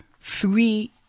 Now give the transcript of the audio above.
three